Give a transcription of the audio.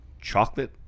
Chocolate